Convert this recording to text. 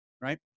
right